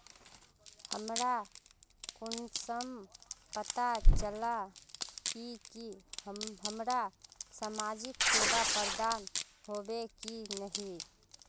हमरा कुंसम पता चला इ की हमरा समाजिक सेवा प्रदान होबे की नहीं?